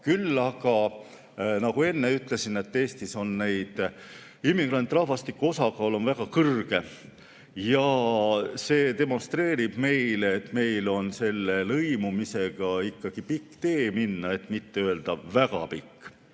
Küll aga, nagu enne ütlesin, Eestis on immigrantrahvastiku osakaal väga kõrge. Ja see demonstreerib meile, et meil on lõimumisega ikkagi pikk tee minna, et mitte öelda väga pikk.